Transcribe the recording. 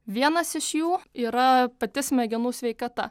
vienas iš jų yra pati smegenų sveikata